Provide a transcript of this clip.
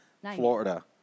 Florida